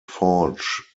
forge